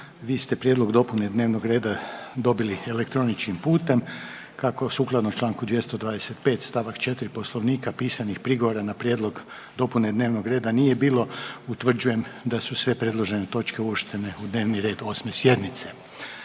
Vi ste prijedlog dopune dnevnog reda dobili elektroničkim putem. Kako sukladno čl. 225. st. 4 Poslovnika pisanih prigovora na prijedlog dopune dnevnog reda nije bilo, utvrđujem da su sve predložene točke uvrštene u dnevni red 8. sjednice.